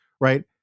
right